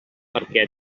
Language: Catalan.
perquè